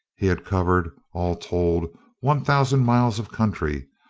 he had covered all told one thousand miles of country,